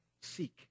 seek